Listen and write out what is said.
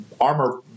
armor